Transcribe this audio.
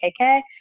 KK